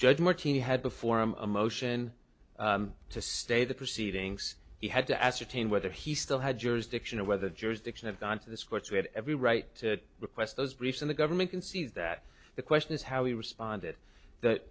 judge martini had before a motion to stay the proceedings he had to ascertain whether he still had jurisdiction or whether jurisdiction have gone to this court's we have every right to request those briefs and the government can see that the question is how he responded that